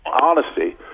honesty